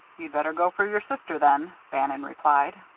you'd better go for your sister, then, bannon replied.